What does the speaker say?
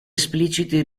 espliciti